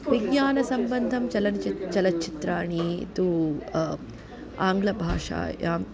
विज्ञानसम्बन्धं चलनचित्रं चलच्चित्राणि तु आङ्ग्लभाषायाम्